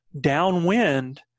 downwind